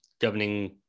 governing